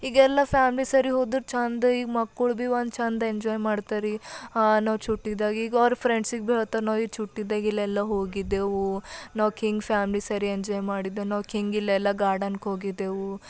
ಈಗ ಎಲ್ಲ ಫ್ಯಾಮ್ಲಿ ಸೇರಿ ಹೋದ್ರೆ ಚೆಂದ ಈಗ ಮಕ್ಕಳು ಭೀ ಒಂದು ಚೆಂದ ಎಂಜಾಯ್ ಮಾಡ್ತಾರ್ರಿ ನಾವು ಚುಟ್ಟಿದಾಗ ಈಗ ಅವ್ರ ಫ್ರೆಂಡ್ಸಿಗೆ ಭೀ ಹೇಳ್ತಾರೆ ನಾವು ಈ ಚುಟ್ಟಿದಾಗ ಇಲ್ಲೆಲ್ಲ ಹೋಗಿದ್ದೆವು ನಾವು ಕಿಂಗ್ ಫ್ಯಾಮಿಲಿಸ್ ಸೇರಿ ಎಂಜಾಯ್ ಮಾಡಿದ್ದೆವು ನಾವು ಕಿಂಗ್ ಇಲ್ಲೆಲ್ಲ ಗಾರ್ಡನ್ಗೆ ಹೋಗಿದ್ದೆವು